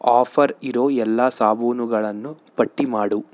offer ಇರೊ ಎಲ್ಲ ಸಾಬೂನುಗಳನ್ನು ಪಟ್ಟಿ ಮಾಡು